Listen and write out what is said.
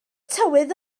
tywydd